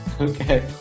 Okay